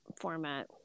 format